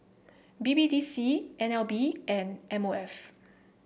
B B D C N L B and M O F